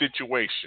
situation